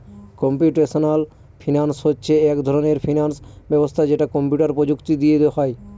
computational finance হচ্ছে এক ধরনের ফিনান্স ব্যবস্থা যেটা কম্পিউটার প্রযুক্তি দিয়ে হয়